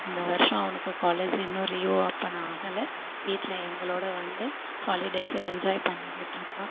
இந்த வர்ஷம் அவனுக்குக் காலேஜி இன்னும் ரீஓப்பன் ஆகல வீட்டில் எங்களோட வந்து ஹாலிடேஸை என்ஜாய் பண்ணிக்கிட்டுருக்கான்